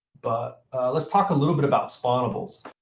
but let's talk a little bit about spawnables.